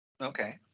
Okay